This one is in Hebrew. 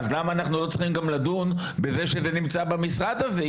למה אנחנו לא צריכים גם לדון בכך שזה נמצא במשרד הזה?